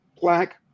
Black